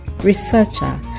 researcher